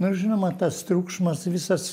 na ir žinoma tas triukšmas visas